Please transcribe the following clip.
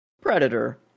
predator